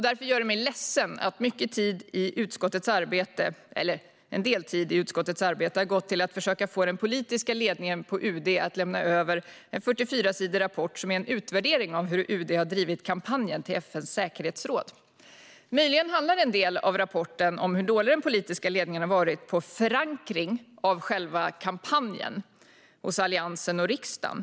Därför gör det mig ledsen att en del tid i utskottets arbete har gått åt till att försöka få den politiska ledningen på UD att lämna över en 44-sidig rapport som är en utvärdering av hur UD har drivit kampanjen till FN:s säkerhetsråd. Möjligen handlar en del av rapporten om hur dålig den politiska ledningen har varit när det gäller förankring av själva kampanjen hos Alliansen och riksdagen.